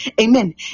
Amen